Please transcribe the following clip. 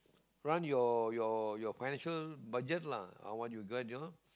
run your your your financial budget lah ah what you get ah